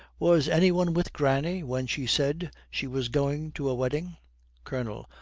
was any one with granny when she said she was going to a wedding colonel,